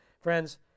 Friends